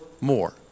more